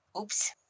Oops